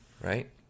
right